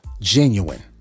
genuine